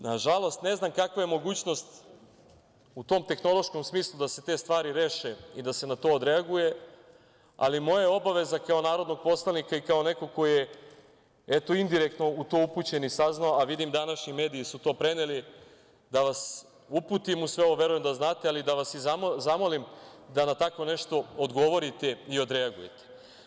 Nažalost, ne znam kakva je mogućnost u tom tehnološkom smislu da se te stvari reše i da se na to odreaguje, ali moja je obaveza kao narodnog poslanika i kao nekog ko je indirektno u to upućen i saznao, a vidim da su i današnji mediji to preneli, da vas uputim u sve ovo, verujem da znate, ali i da vas zamolim da na tako nešto odgovorite i odreagujete.